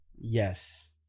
Yes